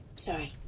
sorry.